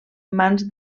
mans